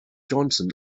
johnson